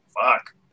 fuck